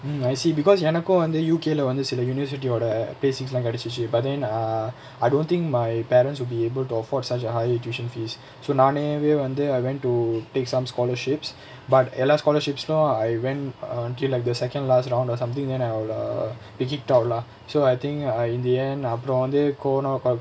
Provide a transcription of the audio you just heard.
mm I see because எனக்கு வந்து:enakku vanthu U_K leh வந்து சில:vanthu sila university ஓட:oda basics lah கிடைச்சிச்சு:kidachichu but then err I don't think my parents will be able to afford such uh high tuition fees so நானேவே வந்து:naanaevae vanthu I went to take some scholarships but எல்லா:ellaa scholarships க்கு:kku I went err like the second last around or something you know err they kicked out lah so I think uh in the end அப்புறம் வந்து:appuram vanthu cono kok